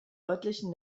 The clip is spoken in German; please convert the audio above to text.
örtlichen